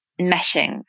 meshing